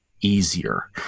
easier